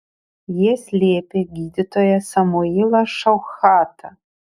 jie slėpė gydytoją samuilą šauchatą